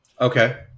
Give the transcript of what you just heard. Okay